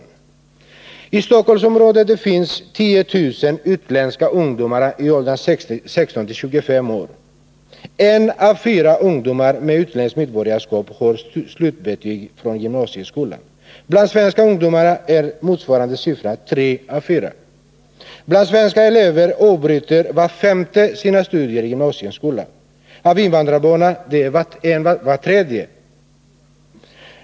I Stockholmsområdet finns 10 000 utländska ungdomar i åldern 16-25 år. 1 av 4 ungdomar med utländskt medborgarskap får slutbetyg från gymnasieskolan. Bland svenska ungdomar är motsvarande siffror 3 av 4. Bland svenska elever avbryter var femte sina studier i gymnasieskolan, bland invandrareleverna var tredje.